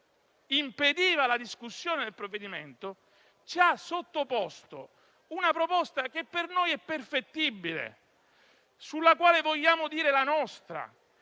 impedirne la discussione, ci ha sottoposto una proposta che per noi è perfettibile, sulla quale vogliamo dire la nostra.